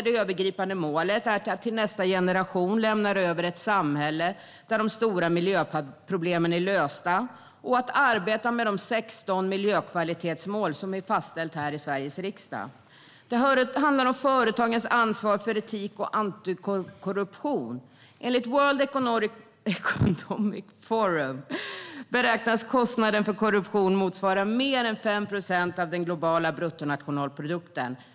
Det övergripande målet är att till nästa generation lämna över ett samhälle där de stora miljöproblemen är lösta och att arbeta med de 16 miljökvalitetsmål som har fastställts av Sveriges riksdag. Det handlar om företagens ansvar för etik och antikorruption. Enligt World Economic Forum beräknas kostnaden för korruption motsvara mer än 5 procent av den globala bruttonationalprodukten.